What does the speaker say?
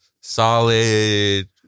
solid